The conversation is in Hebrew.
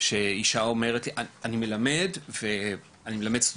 כשאישה אומרת לי, אני מלמד סטודנטיות